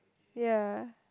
ya